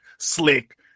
Slick